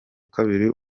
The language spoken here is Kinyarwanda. kabiri